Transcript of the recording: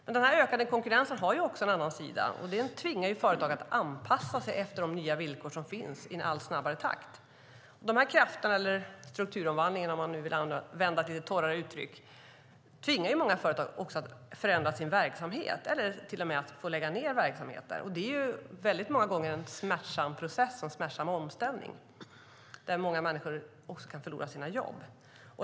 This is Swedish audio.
Men den ökade konkurrensen har också en annan sida. Det tvingar företag att anpassa sina villkor i en allt snabbare takt. De här krafterna, eller strukturomvandlingen om man vill använda ett lite torrare uttryck, tvingar många företag att förändra sin verksamhet eller till och med att lägga ned verksamheten. Det är många gånger en väldigt smärtsam process och omställning där många människor kan förlora sina jobb.